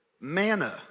manna